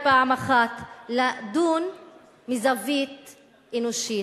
לדון מזווית אנושית.